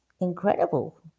incredible